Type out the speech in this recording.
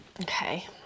Okay